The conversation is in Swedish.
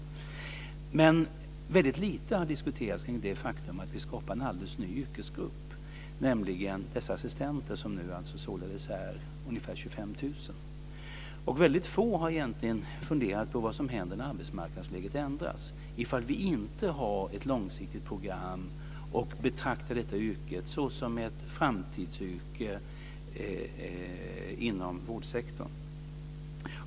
Men väldigt lite har diskuterats kring det faktum att vi skapar en alldeles ny yrkesgrupp, nämligen dessa assistenter som nu således är ungefär 25 000. Väldigt få har egentligen funderat på vad som händer när arbetsmarknadsläget ändras om vi inte har ett långsiktigt program och betraktar detta yrke som ett framtidsyrke inom vårdsektorn.